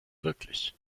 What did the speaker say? wirklich